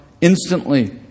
instantly